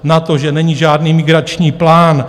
Na to, že není žádný migrační plán.